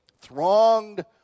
thronged